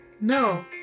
No